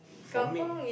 for me